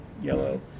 yellow